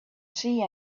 see